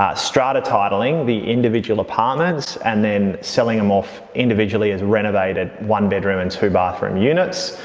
ah strata titling the individual apartments and then selling them off individually as renovated one-bedroom and two-bathroom units.